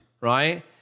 right